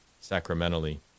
sacramentally